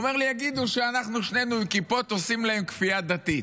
הוא אומר לי: יגידו שאנחנו שנינו עם כיפות עושים להם כפייה דתית.